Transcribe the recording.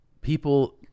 People